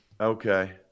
okay